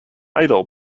idol